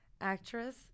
actress